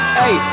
hey